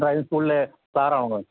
driving സ്കൂളിലെ സാറാണോ